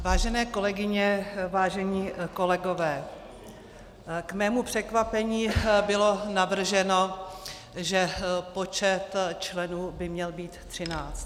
Vážené kolegyně, vážení kolegové, k mému překvapení bylo navrženo, že počet členů by měl být 13.